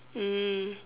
mm